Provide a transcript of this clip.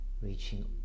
reaching